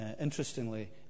interestingly